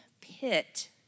pit